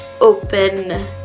open